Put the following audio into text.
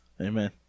Amen